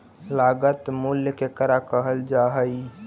लागत मूल्य केकरा कहल जा हइ?